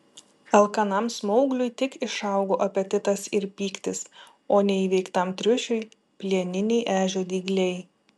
alkanam smaugliui tik išaugo apetitas ir pyktis o neįveiktam triušiui plieniniai ežio dygliai